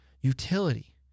utility